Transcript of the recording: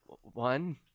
One